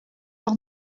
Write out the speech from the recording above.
leur